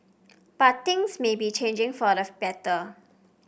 but things may be changing for the better